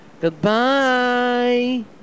Goodbye